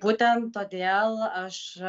būtent todėl aš